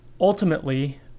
ultimately